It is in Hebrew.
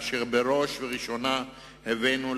ובראש ובראשונה הבאנו,